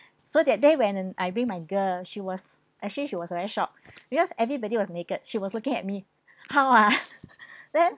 so that day when I bring my girl she was actually she was very shocked because everybody was naked she was looking at me how ah then